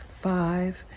five